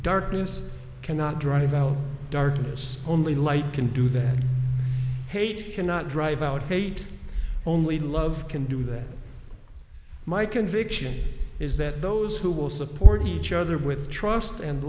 darkness cannot drive out darkness only light can do that hate cannot drive out hate only love can do that my conviction is that those who will support each other with trust and